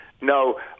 No